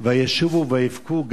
וישובו ויבכו,